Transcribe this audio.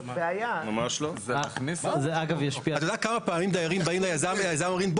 אתה יודע כמה פעמים דיירים באים ליזם ואומרים,